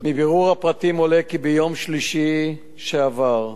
מבירור הפרטים עולה כי ביום שלישי שעבר,